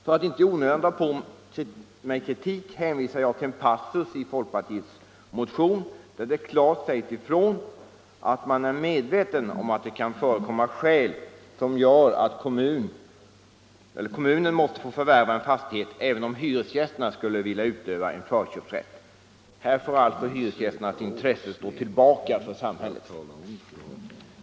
För att inte i onödan dra på mig kritik hänvisar jag till den passus i folkpartiets motion, där det klart sägs ifrån att man är medveten om att det kan förekomma skäl som gör att kommunen måste få förvärva en fastighet även om hyresgästerna skulle vilja utöva en förköpsrätt. Här får alltså hyresgästernas intresse stå tillbaka för samhällets.